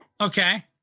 Okay